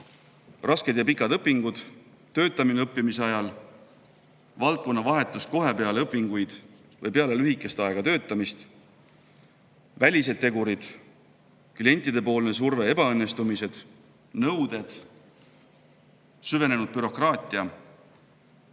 rasked ja pikad õpingud, töötamine õppimise ajal, valdkonnavahetus kohe peale õpinguid või pärast lühikest aega töötamist, välised tegurid, klientide surve, ebaõnnestumised ja suured nõuded, süvenenud bürokraatia.